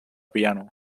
piano